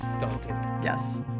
Yes